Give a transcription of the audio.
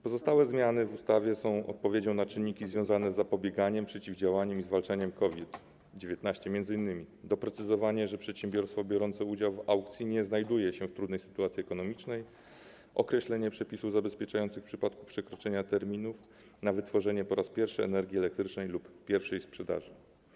Pozostałe zmiany w ustawie są odpowiedzią na czynniki związane z zapobieganiem, przeciwdziałaniem i zwalczaniem COVID-19, m.in.: doprecyzowanie, że przedsiębiorstwo biorące udział w aukcji nie znajduje się w trudnej sytuacji ekonomicznej czy określenie przepisów zabezpieczających w przypadku przekroczenia terminu na wytworzenie po raz pierwszy energii elektrycznej lub pierwszej sprzedaży.